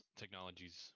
technologies